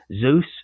Zeus